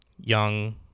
young